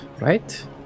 right